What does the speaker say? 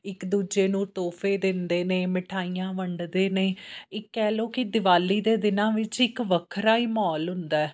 ਇੱਕ ਦੂਜੇ ਨੂੰ ਤੋਹਫ਼ੇ ਦਿੰਦੇ ਨੇ ਮਿਠਾਈਆਂ ਵੰਡਦੇ ਨੇ ਇੱਕ ਕਹਿ ਲਓ ਕਿ ਦਿਵਾਲੀ ਦੇ ਦਿਨਾਂ ਵਿੱਚ ਇੱਕ ਵੱਖਰਾ ਹੀ ਮਾਹੌਲ ਹੁੰਦਾ